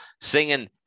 Singing